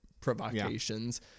provocations